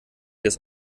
des